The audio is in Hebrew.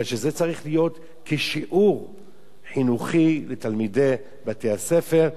אלא זה צריך להיות כשיעור חינוכי לתלמידי בתי-הספר.